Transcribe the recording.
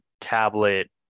tablet